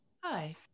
Hi